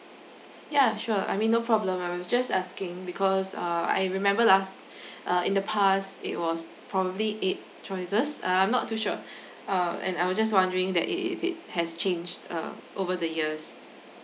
yeah sure I mean no problem I was just asking because err I remember last uh in the past it was probably eight choices uh I'm not too sure err and I was just wondering that it it if it has changed uh over the years